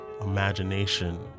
imagination